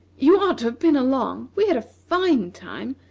you ought to have been along. we had a fine time!